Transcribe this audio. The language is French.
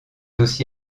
aussi